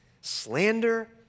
Slander